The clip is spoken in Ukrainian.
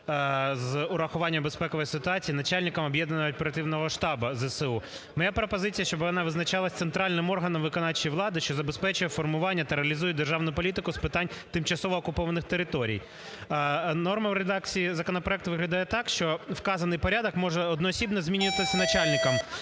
з урахуванням безпекової ситуації начальником об'єднаного оперативного штабу ЗСУ. Моя пропозиція, щоб вона визначалася центральним органом виконавчої влади, що забезпечує формування та реалізує державну політику з питань тимчасово окупованих територій. Норма в редакції законопроекту виглядає так, що вказаний порядок може одноосібно змінюватися начальником